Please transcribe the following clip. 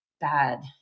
bad